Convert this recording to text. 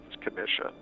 Commission